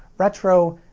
retro,